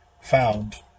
found